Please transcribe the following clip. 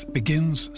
begins